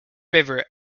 river